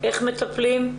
איך מטפלים?